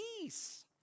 Peace